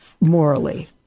morally